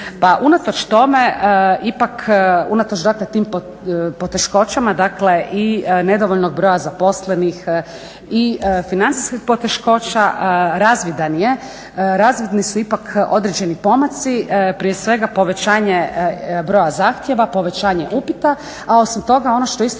unatoč tome ipak unatoč tim poteškoćama i nedovoljnog broja zaposlenih i financijskih poteškoća razvidni su ipak određeni pomaci, prije svega povećanje broja zahtjeva, povećanje upita. A osim toga ono što isto